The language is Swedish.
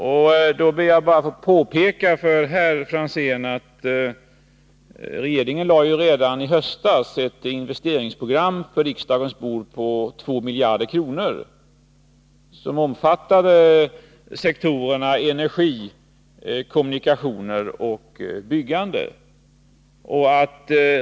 Jag vill bara påpeka för herr Franzén att regeringen redan i höstas lade fram ett investeringsprogram på riksdagens bord på 2 miljarder kronor, som omfattade sektorerna energi, kommunikationer och byggande.